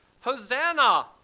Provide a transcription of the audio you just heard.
Hosanna